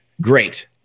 Great